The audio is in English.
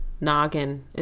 Noggin